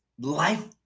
life